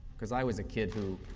because i was a kid who